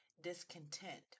discontent